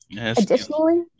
Additionally